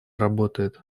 работает